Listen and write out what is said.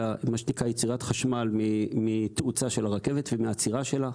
אלא יש לנו את מה שנקרא יצירת החשמל מתאוצה של הרכבת ומהעצירה שלה.